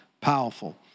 powerful